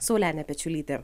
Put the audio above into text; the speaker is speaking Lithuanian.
saulenė pečiulytė